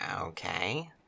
Okay